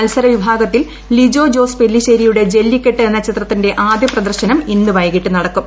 മത്സര വിഭാഗത്തിൽ ലിജോ ജോസ് പെല്ലിശേരിയുടെ ജെല്ലിക്കെട്ട് എന്ന ചിത്രത്തിന്റെ ആദ്യ പ്രദർശനം ഇന്ന് വൈകിട്ട് നടക്കും